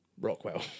Rockwell